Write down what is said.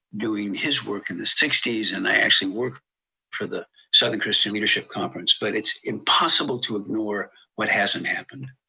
doing his work in the sixty s, and i actually worked for the southern christian leadership conference. but it's impossible to ignore what hasn't happened.